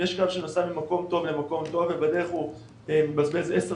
אם יש קו שנוסע ממקום טוב למקום טוב ובדרך הוא מבזבז עשר